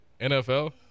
NFL